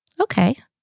Okay